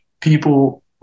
People